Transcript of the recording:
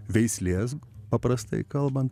veislės paprastai kalbant